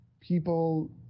people